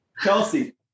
Chelsea